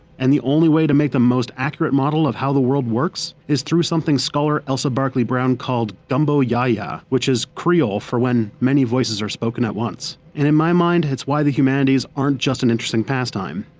and the only way to make the most accurate model of how the world works is through something scholar elsa barkley brown called gumbo ya-ya, which is creole for when many voices are spoken at once. and in my mind, it's why the humanities aren't just an interesting pastime.